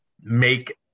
make